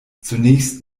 zunächst